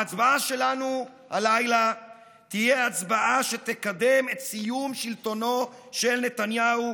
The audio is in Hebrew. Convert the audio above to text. ההצבעה שלנו הלילה תהיה הצבעה שתקדם את סיום שלטונו של נתניהו,